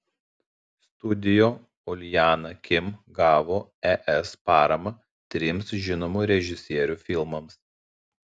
studio uljana kim gavo es paramą trims žinomų režisierių filmams